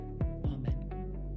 Amen